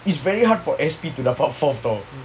it's very hard for a S_P to rump up fourth though